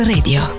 Radio